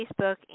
Facebook